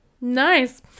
nice